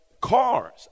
cars